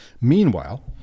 Meanwhile